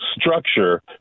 structure